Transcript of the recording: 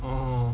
orh